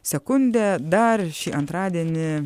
sekundė dar šį antradienį